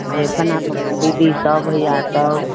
जे कोना कोना दीदीसब भइआसब